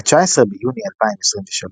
ב-19 ביוני 2023,